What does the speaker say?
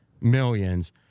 Millions